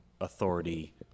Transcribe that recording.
authority